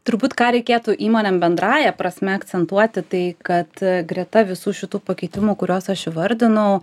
turbūt ką reikėtų įmonėm bendrąja prasme akcentuoti tai kad greta visų šitų pakeitimų kuriuos aš įvardinau